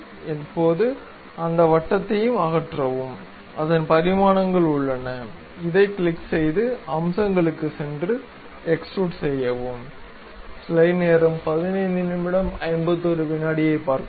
இப்போது அந்த வட்டத்தை அகற்றவும் அதன் பரிமாணங்கள் உள்ளன இதைக் கிளிக் செய்து அம்சங்களுக்குச் சென்று எக்ஸ்டுரூட் செய்யவும்